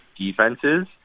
defenses